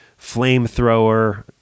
flamethrower